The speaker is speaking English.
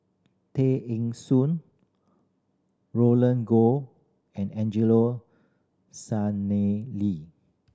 Tay Eng Soon Roland Goh and Angelo Sanelli